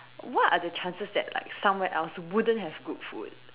what are the chances that somewhere else wouldn't have good food